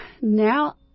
now